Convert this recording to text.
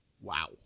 Wow